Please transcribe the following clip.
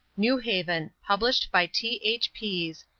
new haven published by t. h. pease,